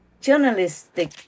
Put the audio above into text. journalistic